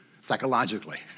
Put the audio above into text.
psychologically